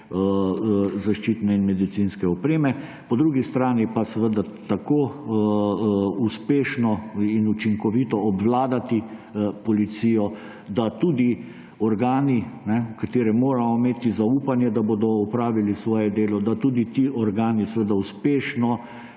zaščitne in medicinske opreme, po drugi strani pa seveda tako uspešno in učinkovito obvladati policijo, da tudi organi, v katere moramo imeti zaupanje, da bodo opravili svoje delo, da tudi ti organi seveda uspešno